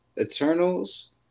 Eternals